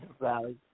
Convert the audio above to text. Valley